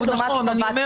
נכון.